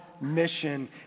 mission